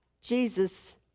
Jesus